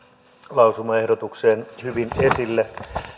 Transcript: lausumaehdotukseen hyvin esille